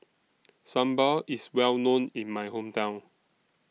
Sambal IS Well known in My Hometown